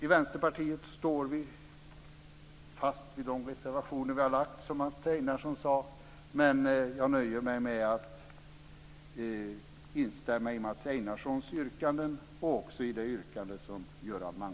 I Vänsterpartiet står vi fast vid de reservationer vi har fogat till betänkandet, som Mats Einarsson sade, men jag nöjer mig med att instämma i hans yrkanden och även i det yrkande som Göran